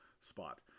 spot